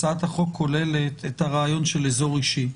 הצעת החוק כוללת את הרעיון של אזור אישי.